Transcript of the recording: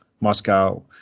Moscow